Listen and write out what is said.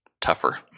tougher